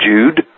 Jude